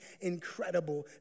incredible